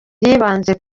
yibanze